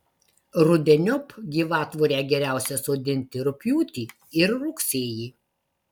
rudeniop gyvatvorę geriausia sodinti rugpjūtį ir rugsėjį